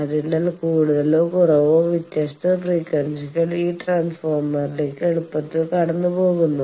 അതിനാൽ കൂടുതലോ കുറവോ വ്യത്യസ്ത ഫ്രീക്വൻസികൾ ഈ ട്രാൻസ്ഫോർമറിലേക്ക് എളുപ്പത്തിൽ കടന്നുപോകുന്നു